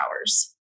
hours